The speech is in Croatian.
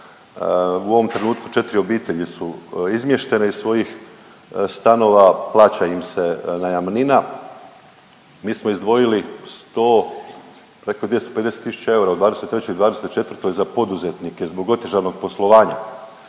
U ovom trenutku 4 obitelji su izmještene iz svojih stanova, plaća im se najamnina. Mi smo izdvojili 100, preko 250 000 eura u 2023. i 2024. za poduzetnike zbog otežanog poslovanja.